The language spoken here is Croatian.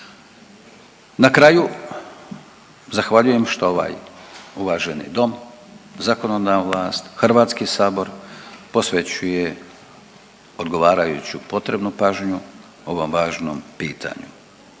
Na kraju zahvaljujem što ovaj uvaženi Dom, zakonodavna vlast, Hrvatski sabor posvećuje odgovarajuću potrebnu pažnju ovom važnom pitanju.